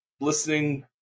listening